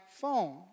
phone